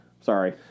Sorry